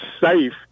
safe